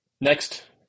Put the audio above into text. Next